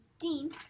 Dean